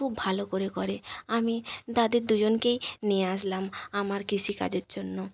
খুব ভালো করে করে আমি তাদের দুজনকেই নিয়ে আসলাম আমার কৃষিকাজের জন্য